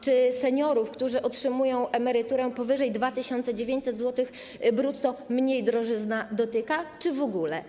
Czy seniorów, którzy otrzymują emeryturę powyżej 2900 zł brutto, mniej drożyzna dotyka czy w ogóle?